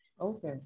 Okay